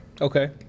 Okay